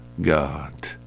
God